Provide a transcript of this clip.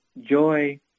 joy